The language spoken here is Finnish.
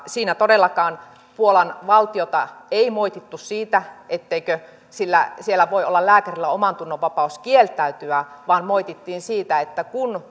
siinä todellakaan puolan valtiota ei moitittu siitä etteikö siellä voi olla lääkärillä omantunnonvapaus kieltäytyä vaan moitittiin siitä että kun